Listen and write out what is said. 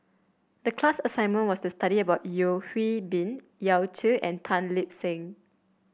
the class assignment was to study about Yeo Hwee Bin Yao Zi and Tan Lip Seng